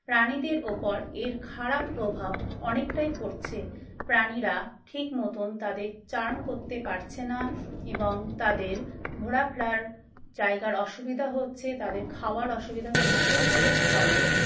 প্রাণীদের ওপর এর খারাপ প্রভাব অনেকটাই পড়ছে প্রাণীরা ঠিক মতন তাদের চারণ করতে পারছে না এবং তাদের ঘোরাফেরার জায়গার অসুবিধা হচ্ছে তাদের খাওয়ার অসুবিধা হচ্ছে এর ফলে